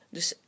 Dus